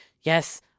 Yes